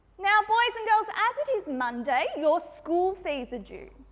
now, boys and girls as it is monday, your school fees are due,